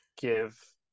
give